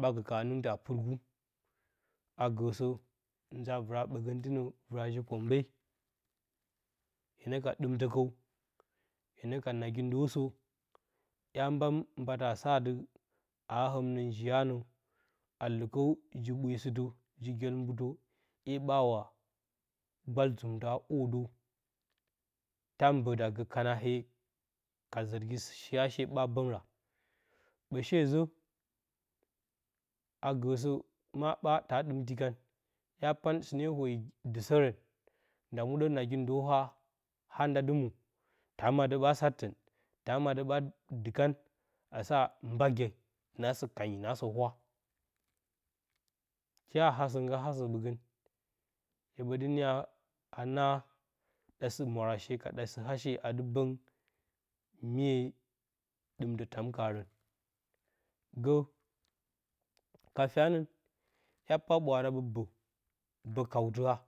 Maa ɓa, ɓagə ka ha-nɨng tə a pirgu, agəsə ngaa vɨra ɓəngəntɨ nə vɨra ji-koombe hye nə ka dɨmtə hye nə ka nagi ndəsə hya mba mbatə a sa ati a həmnə njiyanə a lɨ kəw ji-ɓwesɨtə, ji-gyelmbutə, ‘ye ɓa wa gbal zɨmtə a hwoɗəw, ta mbə da gə kananee ka zərgi shi hashe ɓa, bəngra, ɓə shezə, agəsə, maa ɓa ta ɗɨmti kan ya pan sɨne woyi disərən, nda muɗə nagi ndo haa, a nda dɨ mwo, ta ama dəɓa sat tən, ta ama ɗə ɓa dɨkan a ati mba gye, naasə kanyi naasə wa tya hasə ngga hasə ɓəgən hye ɓə dɨ niyo a na ɗasɨ mwarashe ka ɗasɨ-hashe adɨ bəng mye ɗɨmtə tam karən, gə ka fyanəng hya paa ɓwaara ɓə ɓə, bə kəwtɨ-haa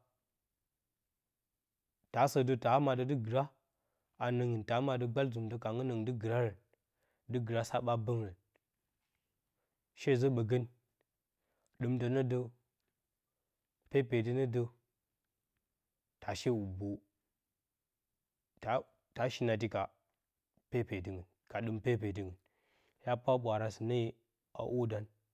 ta asə də ta ama də dɨ gira hag nəngɨn ta ama də gbal-zɨmtə kangə nəngɨn dɨ girarəng, dɨ gira saɓa bəngrəng shezə ɓəgən ɗɨmtə nədə pepetə nə də, ta she hubo ta shinati ka pepetɨngɨn ka dɨm pepetɨngɨn, hya paa ɓwaara sɨne a hwodan ada hya a hwodanada akinə.